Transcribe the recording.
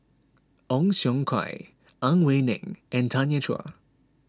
Ong Siong Kai Ang Wei Neng and Tanya Chua